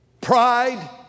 Pride